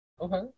Okay